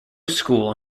school